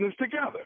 together